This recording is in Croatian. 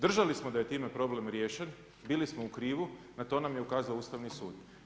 Držali smo da je time problem riješen, bili smo u krivu na to nam je ukazao Ustavni sud.